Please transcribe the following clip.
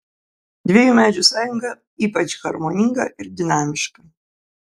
dviejų medžių sąjunga ypač harmoninga ir dinamiška